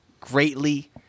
greatly